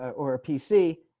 or a pc.